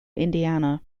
indiana